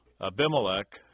Abimelech